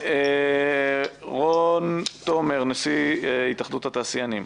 רון תומר, נשיא התאחדות התעשיינים.